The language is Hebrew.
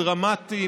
דרמטיים,